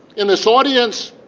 in this audience